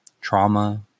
trauma